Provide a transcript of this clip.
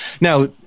now